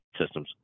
systems